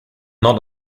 not